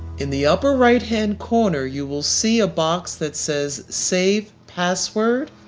in the upper right-hand corner, you will see a box that says save password,